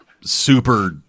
super